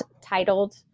titled